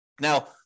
Now